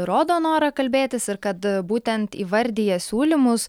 rodo norą kalbėtis ir kad būtent įvardija siūlymus